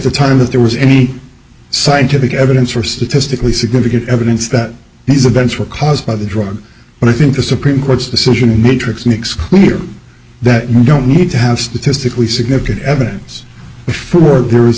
the time that there was any scientific evidence or statistically significant evidence that these events were caused by the drug but i think the supreme court's decision matrix makes clear that you don't need to have statistically significant evidence before there